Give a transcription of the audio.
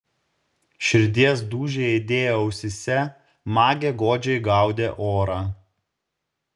širdies dūžiai aidėjo ausyse magė godžiai gaudė orą